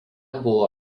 buvo